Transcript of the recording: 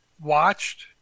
watched